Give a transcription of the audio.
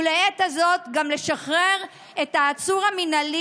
ולעת הזאת גם לשחרר את העצור המינהלי